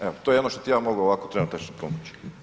Evo, to je ono što ti ja mogu ovako trenutačno pomoći.